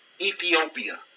Ethiopia